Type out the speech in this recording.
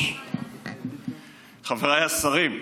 חברי הכנסת,